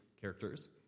characters